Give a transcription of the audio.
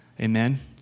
Amen